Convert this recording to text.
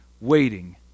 waiting